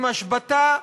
עם השבתה,